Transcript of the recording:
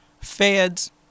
Feds